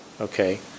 Okay